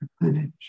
replenish